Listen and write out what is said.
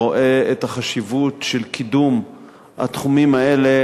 והוא רואה את החשיבות של קידום התחומים האלה